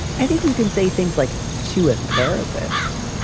i think you can say things like to a therapist.